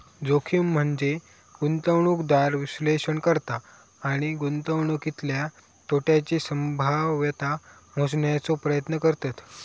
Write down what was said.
जोखीम म्हनजे गुंतवणूकदार विश्लेषण करता आणि गुंतवणुकीतल्या तोट्याची संभाव्यता मोजण्याचो प्रयत्न करतत